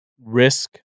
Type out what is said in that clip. risk